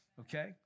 okay